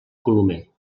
colomer